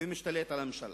ומשתלט על הממשלה.